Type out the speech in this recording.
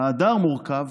'ההדר' מורכב